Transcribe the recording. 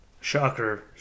shocker